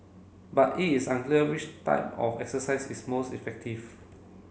but it's unclear which type of exercise is most effective